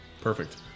Perfect